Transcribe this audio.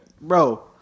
Bro